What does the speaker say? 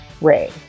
Ray